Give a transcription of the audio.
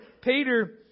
Peter